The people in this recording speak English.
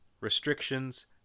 restrictions